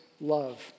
love